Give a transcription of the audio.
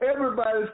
everybody's